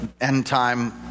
end-time